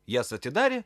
jas atidarė